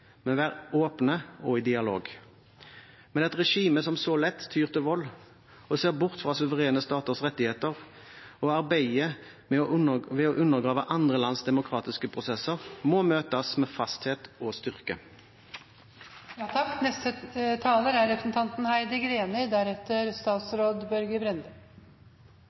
men være åpne og i dialog. Men et regime som så lett tyr til vold og ser bort fra suverene staters rettigheter og arbeider ved å undergrave andre lands demokratiske prosesser, må møtes med fasthet og styrke. På Ørland og i Sør-Trøndelag er